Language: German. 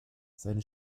seine